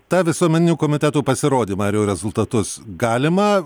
tą visuomeninių komitetų pasirodymą ir jo rezultatus galima